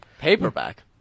Paperback